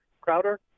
Crowder